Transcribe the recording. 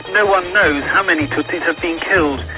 no-one knows how many tutsis have been killed,